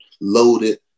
loaded